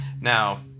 now